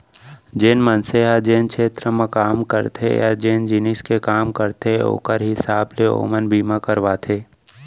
जेन मनसे ह जेन छेत्र म काम करथे या जेन जिनिस के काम करथे ओकर हिसाब ले ओमन बीमा करवाथें